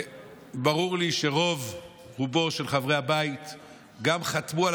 ברור לי שרוב-רובם של חברי הבית גם חתמו על